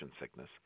sickness